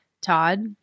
Todd